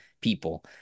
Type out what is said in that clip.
people